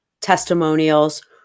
testimonials